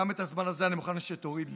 גם את הזמן הזה אני מוכן שתוריד לי.